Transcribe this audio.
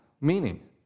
meaning